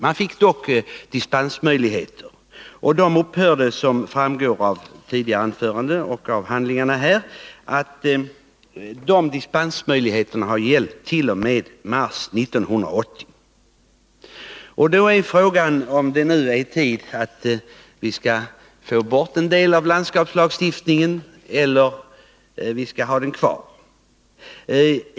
Man fick dock dispensmöjligheter, och som framgått av tidigare anföranden och av handlingarna upphörde det hela att gälla i mars 1980. Frågan är om det nu är tid att ta bort en del av landskapslagstiftningen eller om vi skall ha den kvar.